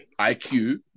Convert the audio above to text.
IQ